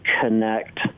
connect